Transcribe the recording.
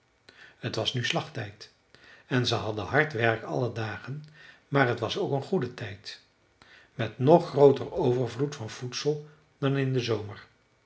t was nu slachttijd en ze hadden hard werk alle dagen maar t was ook een goede tijd met nog grooter overvloed van voedsel dan in den zomer